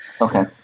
Okay